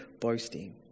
boasting